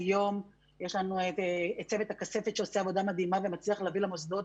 היום יש לנו את צוות הכספת שעושה עבודה מדהימה ומצליח להביא למוסדות,